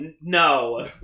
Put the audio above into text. No